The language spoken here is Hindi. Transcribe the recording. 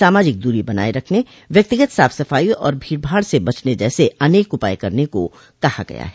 सामाजिक दूरी बनाए रखने व्यक्तिगत साफ सफाई और भीड़भाड़ से बचने जैसे अनेक उपाय करने को कहा गया है